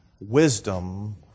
wisdom